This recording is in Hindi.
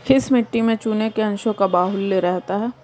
किस मिट्टी में चूने के अंशों का बाहुल्य रहता है?